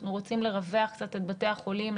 אנחנו רוצים לרווח קצת את בתי החולים,